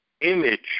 image